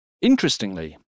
Interestingly